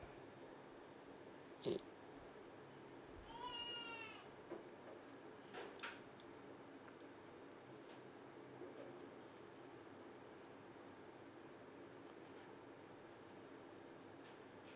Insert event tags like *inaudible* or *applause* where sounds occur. *noise*